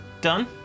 done